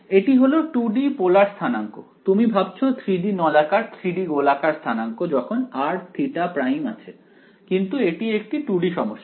এটি হল 2 D polar স্থানাংক তুমি ভাবছো 3D নলাকার 3D গোলাকার স্থানাঙ্ক যখন r θ ϕ আছে কিন্তু এটি একটি 2 D সমস্যা